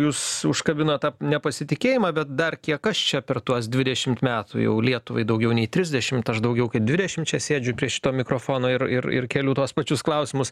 jūs užkabinot tą nepasitikėjimą bet dar kiek aš čia per tuos dvidešimt metų jau lietuvai daugiau nei trisdešimt aš daugiau kaip dvidešimčia sėdžiu prie šito mikrofono ir ir ir keliu tuos pačius klausimus